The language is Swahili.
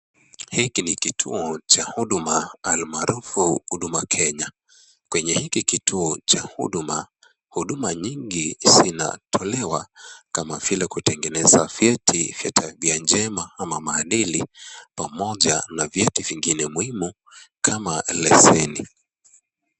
Hiki ni kituo cha huduma almarufu Huduma Kenya, kwenye hiki kituo cha huduma, huduma nyingi zinatolewa, kama vile kutengeneza vyeti vya tabia njema ama mahadili, pamoja na vyeti vingine muhimu kama leseni.